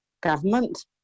government